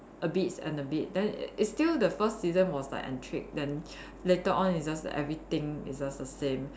a bits and a bit then it's still the first season was like intrigued then later on it's just everything is just the same